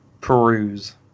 peruse